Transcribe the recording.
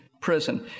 prison